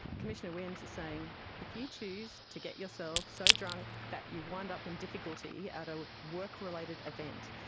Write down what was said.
commissioner williams is saying if you choose to get yourself so drunk that you wind up in difficulty at a work-related event,